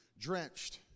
drenched